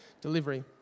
delivery